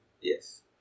Yes